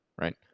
right